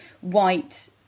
white